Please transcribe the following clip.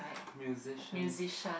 musician